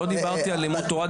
לא דיברתי על לימוד תורה,